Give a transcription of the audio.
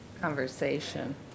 conversation